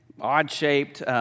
odd-shaped